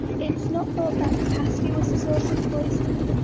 it's not thought that the pasty was the source of poison,